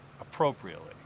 appropriately